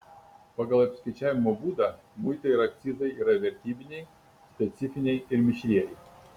pagal apskaičiavimo būdą muitai ir akcizai yra vertybiniai specifiniai ir mišrieji